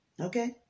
Okay